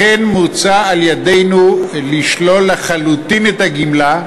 לכן מוצע על-ידינו לשלול לחלוטין את הגמלה.